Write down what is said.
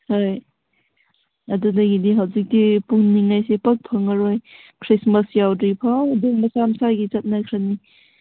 ꯍꯣꯏ ꯑꯗꯨꯗꯒꯤꯗꯤ ꯍꯧꯖꯤꯛꯇꯤ ꯄꯨꯟꯅꯤꯡꯉꯥꯏꯁꯦ ꯄꯥꯛ ꯐꯪꯉꯔꯣꯏ ꯈ꯭ꯔꯤꯁꯃꯥꯁ ꯌꯧꯗꯐ꯭ꯔꯤꯐꯥꯎ ꯑꯗꯨꯝ ꯃꯁꯥ ꯃꯁꯥꯒꯤ ꯆꯠꯅꯈ꯭ꯔꯅꯤ